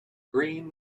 green